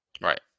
Right